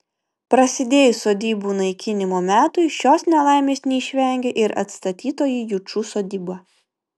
prasidėjus sodybų naikinimo metui šios nelaimės neišvengė ir atstatytoji jučų sodyba